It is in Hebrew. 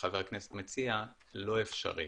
שחבר הכנסת מציע לא אפשרי